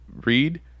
read